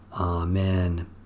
Amen